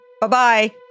Bye-bye